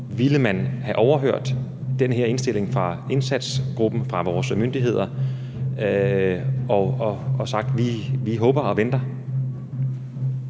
Ville man have overhørt den her indstilling fra indsatsgruppen, fra vores myndigheder og sagt: Vi håber og venter?